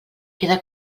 queda